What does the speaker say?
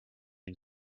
and